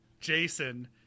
Jason